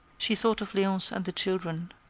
she thought of leonce and the children.